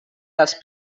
dels